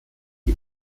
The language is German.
die